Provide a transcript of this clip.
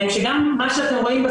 כשגם מה שאתם רואים,